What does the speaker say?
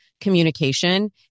communication